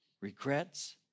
regrets